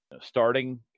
starting